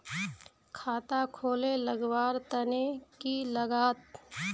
खाता खोले लगवार तने की लागत?